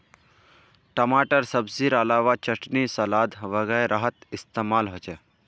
टमाटर सब्जिर अलावा चटनी सलाद वगैरहत इस्तेमाल होचे